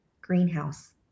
greenhouse